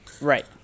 right